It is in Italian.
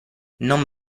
non